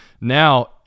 now